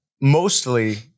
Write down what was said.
mostly